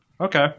okay